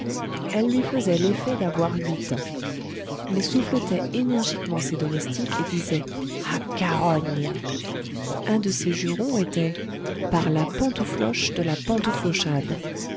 elle lui faisait l'effet d'avoir huit ans il souffletait énergiquement ses domestiques et disait ah carogne un de ses jurons était par la pantoufloche de la pantouflochade